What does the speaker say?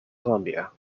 columbia